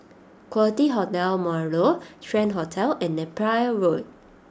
Quality Hotel Marlow Strand Hotel and Napier Road